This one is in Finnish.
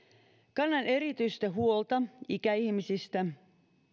kannan erityistä huolta ikäihmisistä